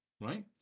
right